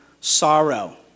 sorrow